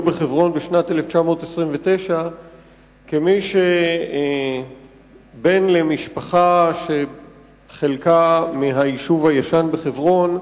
בחברון בשנת 1929. כבן למשפחה שחלקה מהיישוב הישן בחברון,